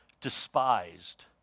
despised